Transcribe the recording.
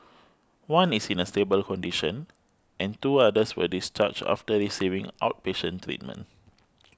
one is in a stable condition and two others were discharged after receiving outpatient treatment